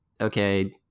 okay